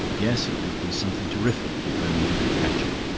yes, it would be something terrific, if only he could catch it.